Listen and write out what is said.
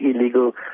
illegal